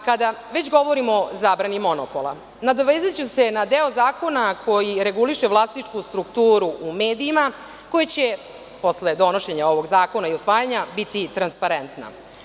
Kada već govorim o zabrani monopola, nadovezaću se na deo zakona koji reguliše vlasničku strukturu u medijima, a koja će posle donošenja ovog zakona i usvajanja biti transparentna.